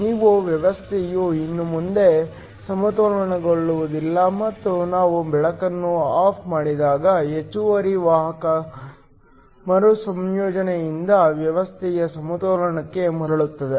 ನಿಮ್ಮ ವ್ಯವಸ್ಥೆಯು ಇನ್ನು ಮುಂದೆ ಸಮತೋಲನದಲ್ಲಿರುವುದಿಲ್ಲ ಮತ್ತು ನಾವು ಬೆಳಕನ್ನು ಆಫ್ ಮಾಡಿದಾಗ ಹೆಚ್ಚುವರಿ ವಾಹಕ ಮರುಸಂಯೋಜನೆಯಿಂದ ವ್ಯವಸ್ಥೆಯು ಸಮತೋಲನಕ್ಕೆ ಮರಳುತ್ತದೆ